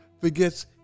forgets